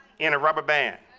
in a rubber band.